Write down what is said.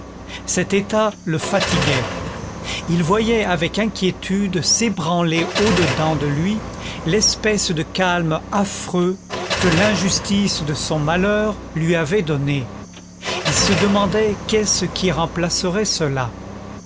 cet état le fatiguait il voyait avec inquiétude s'ébranler au dedans de lui l'espèce de calme affreux que l'injustice de son malheur lui avait donné il se demandait qu'est-ce qui remplacerait cela